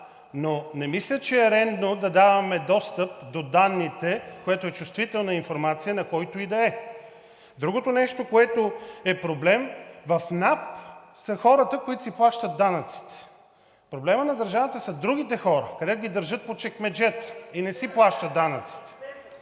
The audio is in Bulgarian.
НАП, но мисля, че не е редно да даваме достъп до данните, което е чувствителна информация, на който и да е. Другото, което е проблем. В НАП са хората, които си плащат данъците, а проблемът на държавата са другите хора, които ги държат по чекмеджета (реплики) и не си плащат данъците